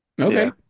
Okay